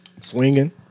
Swinging